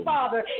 Father